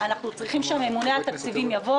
אנחנו צריכים שהממונה על התקציבים יבוא